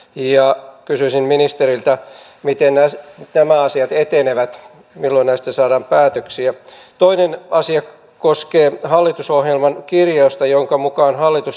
ja kysyisin ministeriltä miten nämä asiat etenevät milloin näistä saadaan mutta se asia koskee hallitusohjelman kirjausta jonka mukaan hallitus